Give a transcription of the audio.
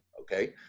Okay